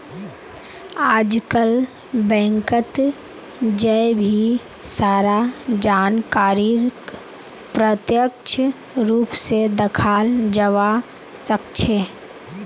आजकल बैंकत जय भी सारा जानकारीक प्रत्यक्ष रूप से दखाल जवा सक्छे